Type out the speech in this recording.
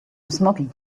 smoking